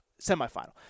semifinal